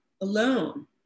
alone